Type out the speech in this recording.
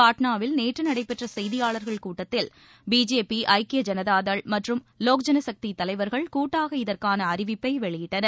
பாட்னாவில் நேற்று நடைபெற்றசெய்தியாளர்கள் கூட்டத்தில் பிஜேபி ஐக்கிய ஜனதாதள் மற்றும் லோக்ஜனசக்திதலைவர்கள் கூட்டாக இதற்கானஅறிவிப்பைவெளியிட்டனர்